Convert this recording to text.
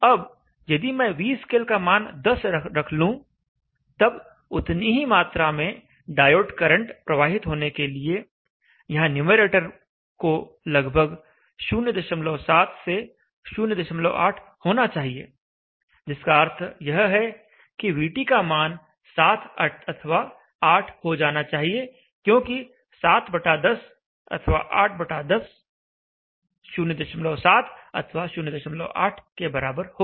अब यदि मैं vscale का मान 10 रख लूँ तब उतनी ही मात्रा में डायोड करंट प्रवाहित होने के लिए यहां न्यूमैरेटर को लगभग 07 से 08 होना चाहिए जिसका अर्थ यह है कि vT का मान 7 अथवा 8 हो जाना चाहिए क्योंकि 710 अथवा 810 07 अथवा 08 के बराबर होगा